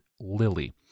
Lily